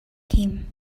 him